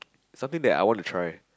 something that I want to try